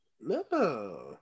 No